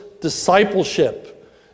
discipleship